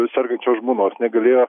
sergančios žmonos negalėjo